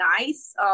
nice